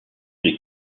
est